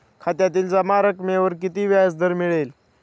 खात्यातील जमा रकमेवर किती व्याजदर मिळेल?